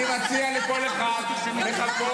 אני מציע לכל אחד לחכות.